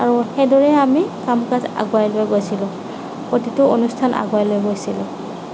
আৰু সেইদৰেই আমি কাম কাজ আগুৱাই লৈ গৈছিলো প্ৰতিটো অনুষ্ঠান আগুৱাই লৈ গৈছিলো